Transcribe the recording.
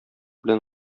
белән